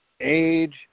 age